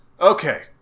Okay